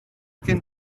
gen